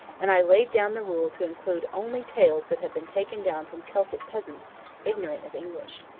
and i laid down the rule to include only tales that have been taken down from celtic peasants ignorant of english.